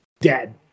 dead